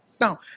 Now